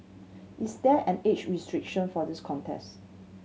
is there an age restriction for this contest